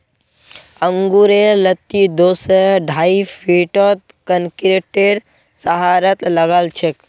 अंगूरेर लत्ती दो स ढाई फीटत कंक्रीटेर सहारात लगाछेक